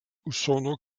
usono